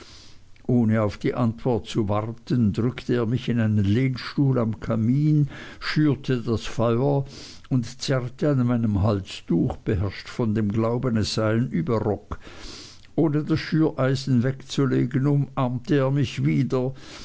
ohne auf eine antwort zu warten drückte er mich in einen lehnstuhl am kamin schürte das feuer und zerrte an meinem halstuch beherrscht von dem glauben es sei ein überrock ohne das schüreisen wegzulegen umarmte er mich wieder